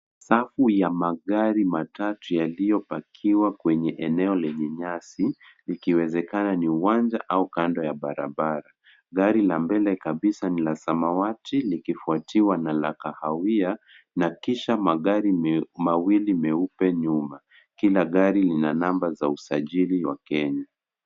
Safu ya magari matatu yaliyopakiwa kwenye eneo lenye nyasi ikiwezekana ni uwanja au kando ya barabara. Gari la mbele kabisa ni la samawati likifuatiwa na la kahawia na kisha magari mawili meupe nyuma. Kila gari lina namba za usajili wa Kenya.